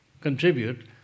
contribute